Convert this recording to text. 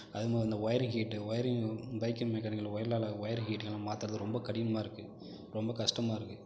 அதே மாதிரி இந்த wiring heat wiring biking mechanical wiring heater மாற்றுறது ரொம்ப கடினமாக இருக்குது ரொம்ப கஷ்டமாக இருக்குது